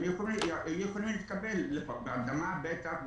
הם יכולים להתקבל הרדמה בטח,